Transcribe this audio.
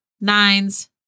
nines